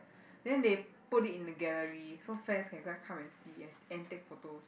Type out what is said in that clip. then they put it in the gallery so fans can just come and see and and take photos